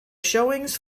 showings